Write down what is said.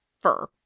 fur